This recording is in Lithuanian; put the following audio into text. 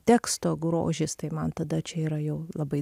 teksto grožis tai man tada čia yra jau labai